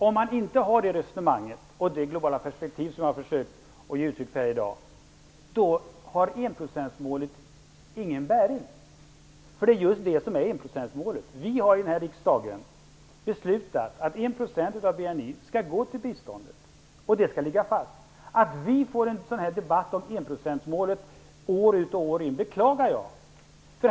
Om man inte resonerar på det sättet och har det globala perspektiv som jag har försökt ge uttryck för här i dag, då har enprocentsmålet ingen bäring, för det är just det som är enprocentsmålet. Vi har i den här riksdagen beslutat att 1 % av BNI skall gå till biståndet, och det skall ligga fast. Jag beklagar att vi år ut och år in får en sådan här debatt om enprocentsmålet.